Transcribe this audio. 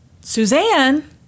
Suzanne